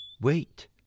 Wait